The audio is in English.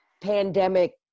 pandemic